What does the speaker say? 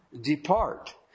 depart